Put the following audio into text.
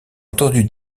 entendu